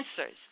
answers